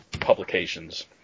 publications